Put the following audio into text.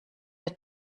der